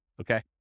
Okay